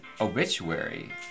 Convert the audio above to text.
obituary